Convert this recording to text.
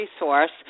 resource